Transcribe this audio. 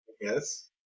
yes